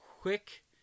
quick